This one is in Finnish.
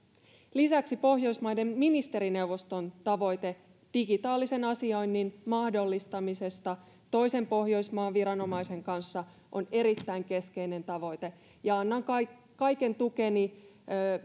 lisäksi pohjoismaiden ministerineuvoston tavoite digitaalisen asioinnin mahdollistamisesta toisen pohjoismaan viranomaisen kanssa on erittäin keskeinen tavoite ja annan kaiken kaiken tukeni